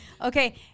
Okay